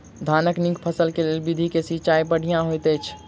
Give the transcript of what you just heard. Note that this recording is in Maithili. धानक नीक फसल केँ लेल केँ विधि सँ सिंचाई बढ़िया होइत अछि?